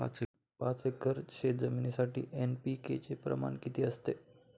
पाच एकर शेतजमिनीसाठी एन.पी.के चे प्रमाण किती असते?